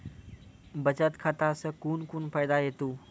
बचत खाता सऽ कून कून फायदा हेतु?